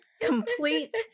Complete